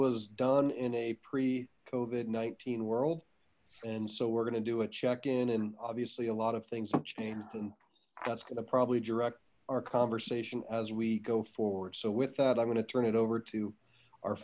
was done in a pre kovin nineteen world and so we're gonna do a check in and obviously a lot of things have changed and that's gonna probably direct our conversation as we go forward so with that i'm going to turn it over to our